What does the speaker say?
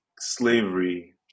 slavery